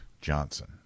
Johnson